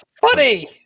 Funny